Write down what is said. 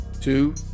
two